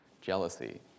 jealousy